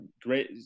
great